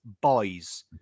boys